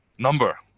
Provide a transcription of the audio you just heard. number,